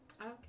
Okay